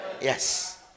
Yes